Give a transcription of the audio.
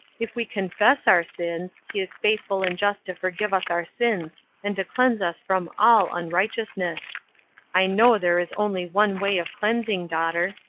if we confess our sins, he is faithful and just to forgive us our sins and to cleanse us from all unrighteousness i know there is only one way of cleansing, daughter.